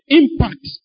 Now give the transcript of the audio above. impact